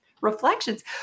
reflections